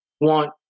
want